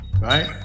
right